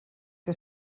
que